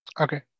Okay